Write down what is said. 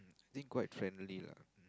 think quite friendly lah